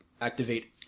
Activate